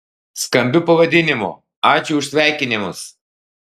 skambiu pavadinimu ačiū už sveikinimus